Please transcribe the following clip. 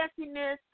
messiness